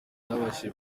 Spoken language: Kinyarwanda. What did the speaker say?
byababaje